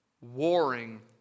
warring